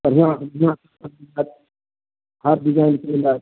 बढ़िआँ बढ़िआँ सब मिलत हर डिजाइनके मिलत